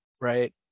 right